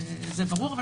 וזה ברור.